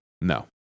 No